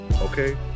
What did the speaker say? okay